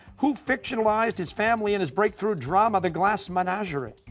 who fictionalized his family in his breakthrough drama the glass menagerie?